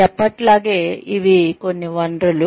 ఎప్పటిలాగే ఇవి కొన్ని వనరులు